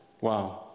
Wow